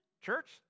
church